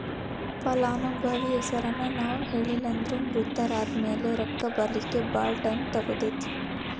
ಫಲಾನುಭವಿ ಹೆಸರನ್ನ ನಾವು ಹೇಳಿಲ್ಲನ್ದ್ರ ಮೃತರಾದ್ಮ್ಯಾಲೆ ರೊಕ್ಕ ಬರ್ಲಿಕ್ಕೆ ಭಾಳ್ ಟೈಮ್ ತಗೊತೇತಿ